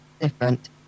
different